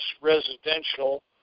residential